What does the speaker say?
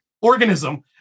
organism